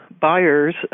buyers